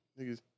niggas